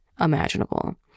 imaginable